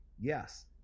yes